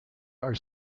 are